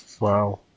wow